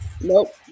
Nope